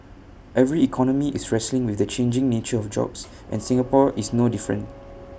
every economy is wrestling with the changing nature of jobs and Singapore is no different